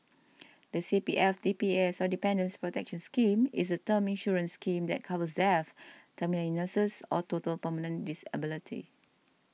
the C P F D P S or Dependants' Protection Scheme is a term insurance scheme that covers death terminal illness or total permanent disability